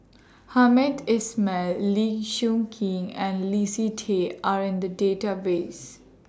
Hamed Ismail Lee Choon Kee and Leslie Tay Are in The Database